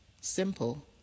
simple